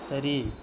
சரி